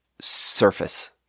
surface